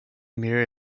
mirror